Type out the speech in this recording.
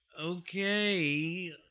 Okay